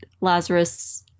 Lazarus